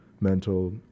mental